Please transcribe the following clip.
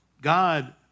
God